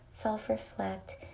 self-reflect